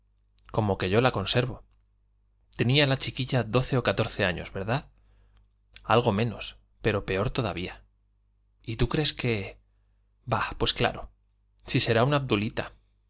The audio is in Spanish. como que yo la conservo tenía la chiquilla doce o catorce años verdad algo menos pero peor todavía y tú crees que bah pues claro si será una obdulita